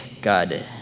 God